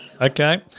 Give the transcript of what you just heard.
Okay